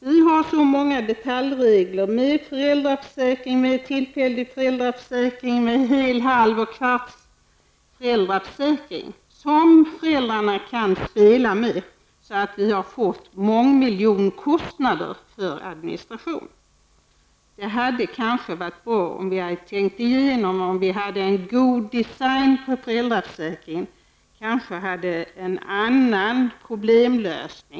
Vi har så många detaljregler i föräldraförsäkringen, med tillfällig föräldraförsäkring, hel, halv och kvarts föräldraförsäkring som föräldrarna kan spela med. Genom detta har vi fått mångmiljonkostnader för administration. Det hade kanske varit bra om vi hade tänkt igenom om vi hade en god design på föräldraförsäkringen. Vi kanske skulle ha en annan problemlösning.